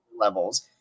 levels